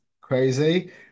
crazy